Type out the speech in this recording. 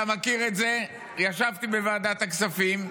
אתה מכיר את זה, ישבתי בוועדת הכספים,